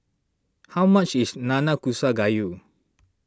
how much is Nanakusa Gayu